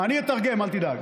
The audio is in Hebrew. אני אתרגם, אל תדאג.